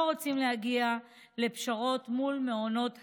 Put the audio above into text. רוצים להגיע לפשרות מול מעונות היום.